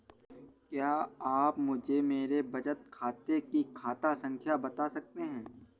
क्या आप मुझे मेरे बचत खाते की खाता संख्या बता सकते हैं?